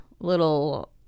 little